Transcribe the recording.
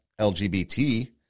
LGBT